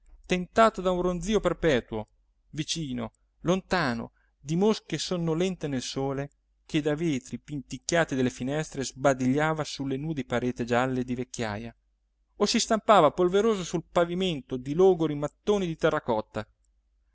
tentato da un ronzio perpetuo vicino lontano di mosche sonnolente nel sole che dai vetri pinticchiati delle finestre sbadigliava sulle nude pareti gialle di vecchiaia o si stampava polveroso sul pavimento di logori mattoni di terracotta